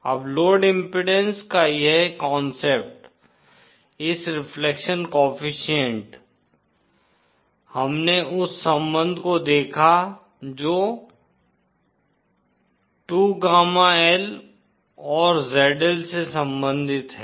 अब load impedance का यह कांसेप्ट इस रिफ्लेक्शन कोएफ़िशिएंट हमने उस संबंध को देखा जो 2 गामा L और ZL से संबंधित है